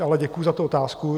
Ale děkuji za tu otázku.